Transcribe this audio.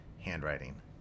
handwriting